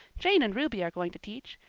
jane and ruby are going to teach.